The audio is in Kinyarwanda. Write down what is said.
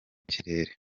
kirere